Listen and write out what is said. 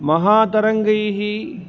महातरङ्गैः